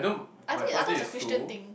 I think I thought it's a Christian thing